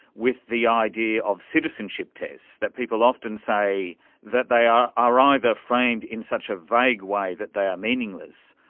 with the idea of citizenship tests, that people often say that they are are either framed in such a vague way that they are meaningless,